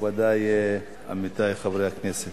מכובדי עמיתי חברי הכנסת